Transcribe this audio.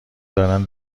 دارن